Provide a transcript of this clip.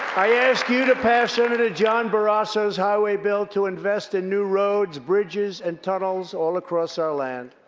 i ask you to pass senator john barrasso's highway bill to invest in new roads, bridges, and tunnels all across our land.